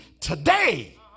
today